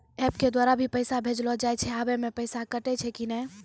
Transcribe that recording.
App के द्वारा भी पैसा भेजलो जाय छै आबै मे पैसा कटैय छै कि नैय?